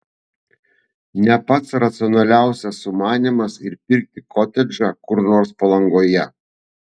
ne pats racionaliausias sumanymas ir pirkti kotedžą kur nors palangoje